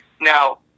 Now